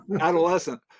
adolescent